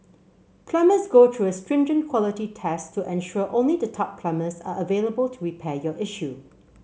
plumbers go through a stringent quality test to ensure only the top plumbers are available to repair your issue